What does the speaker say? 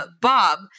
Bob